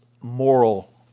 moral